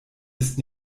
ist